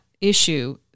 issue